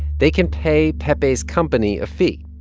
they can pay pepe's company a fee.